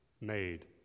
made